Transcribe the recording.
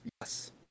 Yes